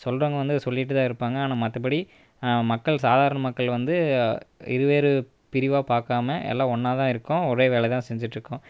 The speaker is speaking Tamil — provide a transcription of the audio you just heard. சொல்றவங்க வந்து சொல்லிட்டு தான் இருப்பாங்க ஆனால் மற்றபடி மக்கள் சாதாரண மக்கள் வந்து இரு வேறு பிரிவாக பார்க்காம எல்லாம் ஒன்றா தான் இருக்கோம் ஒரே வேலையை தான் செஞ்சுட்ருக்கோம்